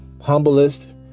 humblest